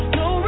no